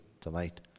tonight